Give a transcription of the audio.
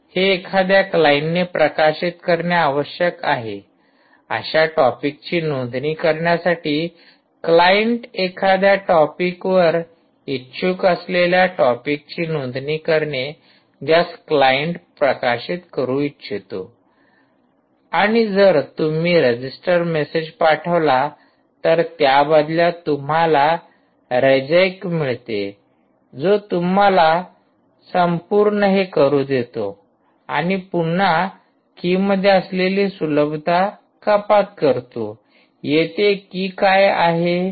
हे एखाद्या क्लाइंटने प्रकाशित करणे आवश्यक आहे अशा टॉपिकची नोंदणी करण्यासाठी क्लाइंट एखाद्या टॉपिकवर इच्छुक असलेल्या टॉपिकची नोंदणी करणे ज्यास क्लाइंट प्रकाशित करू इच्छितो आणि जर तुम्ही रजिस्टर मेसेज पाठवला तर त्याबदल्यात तुम्हाला रेजैक मिळते जो तुम्हाला संपूर्ण हे करू देतो आणि पुन्हा कि मध्ये असलेली सुलभता कपात करतो येथे कि काय आहे